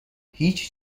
هیچ